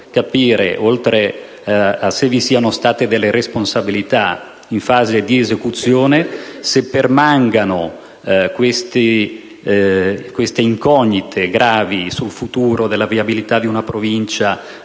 capire non solo se vi siano state responsabilità in fase di esecuzione, ma se permangano incognite gravi sul futuro della viabilità di una Provincia